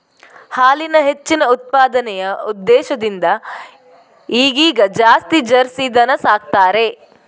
ಹಾಲಿನ ಹೆಚ್ಚಿನ ಉತ್ಪಾದನೆಯ ಉದ್ದೇಶದಿಂದ ಈಗೀಗ ಜಾಸ್ತಿ ಜರ್ಸಿ ದನ ಸಾಕ್ತಾರೆ